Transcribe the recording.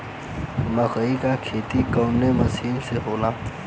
मकई क खेती कवने महीना में होला?